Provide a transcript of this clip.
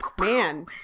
Man